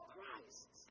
Christ